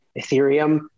Ethereum